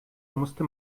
musste